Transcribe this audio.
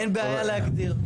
אין בעיה להגדיר.